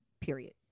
period